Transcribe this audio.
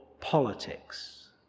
politics